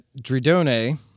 Dridone